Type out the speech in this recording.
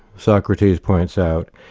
socrates points out,